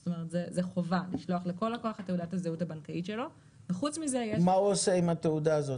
אבל לקצר מלכתחילה --- הוועדה יוצאת